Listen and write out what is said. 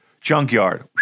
Junkyard